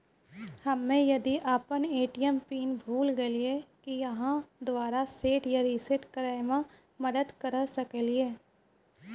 हम्मे यदि अपन ए.टी.एम पिन भूल गलियै, की आहाँ दोबारा सेट या रिसेट करैमे मदद करऽ सकलियै?